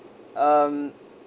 um